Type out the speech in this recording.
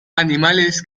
animales